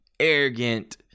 arrogant